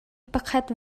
pakhat